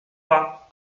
pas